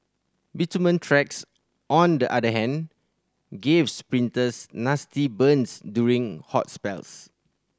bitumen tracks on the other hand gave sprinters nasty burns during hot spells